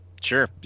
sure